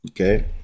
okay